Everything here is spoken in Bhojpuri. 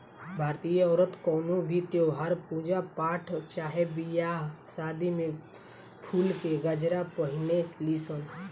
भारतीय औरत कवनो भी त्यौहार, पूजा पाठ चाहे बियाह शादी में फुल के गजरा पहिने ली सन